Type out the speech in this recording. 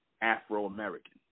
Afro-American